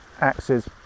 axes